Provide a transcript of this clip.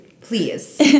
Please